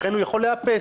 לכן הוא יכול לאפס.